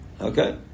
Okay